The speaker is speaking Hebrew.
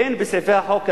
אין בסעיפי החוק האלה,